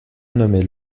nommé